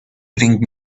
bring